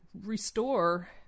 restore